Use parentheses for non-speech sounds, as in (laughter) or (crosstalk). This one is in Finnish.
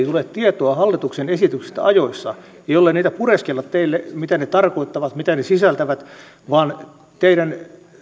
(unintelligible) tule tietoa hallituksen esityksistä ajoissa ja niitä ei pureskella teille mitä ne tarkoittavat mitä ne sisältävät vaan teidän